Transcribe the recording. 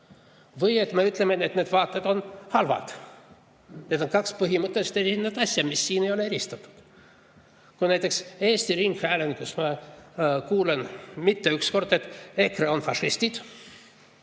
või et me ütleme, et need vaated on halvad? Need on kaks põhimõtteliselt erinevat asja, mida siin ei ole eristatud. Kui ma näiteks Eesti ringhäälingus olen kuulnud mitte ainult üks kord, et EKRE on fašistid,